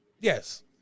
yes